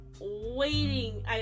waiting